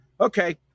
okay